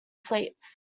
fleets